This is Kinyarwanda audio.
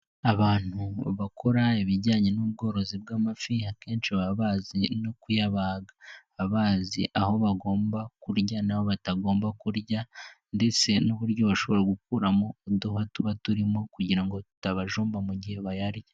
Abantu bakora ibijyanye n'ubworozi bw'amafi akenshi baba bazi no kuyabaga, baba bazi aho bagomba kurya nabo batagomba kurya ndetse n'uburyo bashobora gukuramo uduhwa tuba turimo kugira ngo tutabajomba mu gihe bayarya.